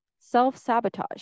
self-sabotage